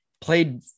Played